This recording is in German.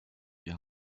wir